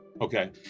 Okay